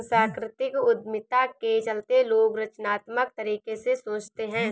सांस्कृतिक उद्यमिता के चलते लोग रचनात्मक तरीके से सोचते हैं